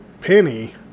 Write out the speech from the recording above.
penny